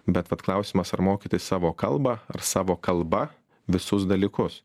bet vat klausimas ar mokytis savo kalbą ar savo kalba visus dalykus